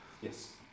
Yes